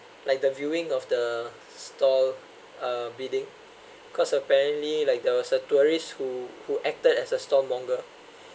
like the viewing of the stall uh bidding cause apparently like there was a tourist who who acted as a stall monger